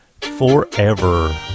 forever